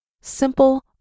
simple